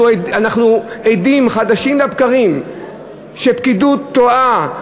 אנחנו עדים חדשים לבקרים שפקידות טועה.